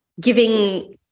giving